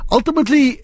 Ultimately